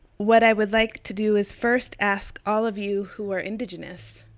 what i would like to do is first ask all of you who are indigenous,